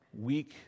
weak